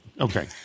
Okay